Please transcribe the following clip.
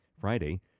Friday